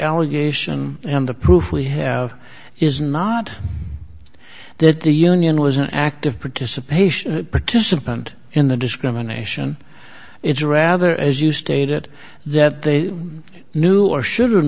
allegation and the proof we have is not that the union was an active participation participant in the discrimination it's rather as you stated that they knew or should have